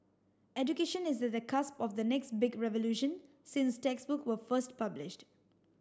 education is at the cusp of the next big revolution since textbook were first published